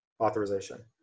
authorization